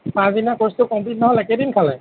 ক'ৰ্চটো কমপ্লিট নহ'লে কেইদিন খালে